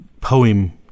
poem